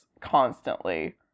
constantly